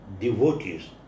devotees